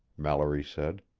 mallory said.